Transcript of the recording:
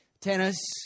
tennis